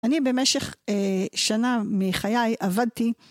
אני במשך שנה מחיי עבדתי.